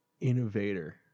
innovator